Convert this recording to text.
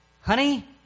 honey